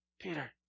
Peter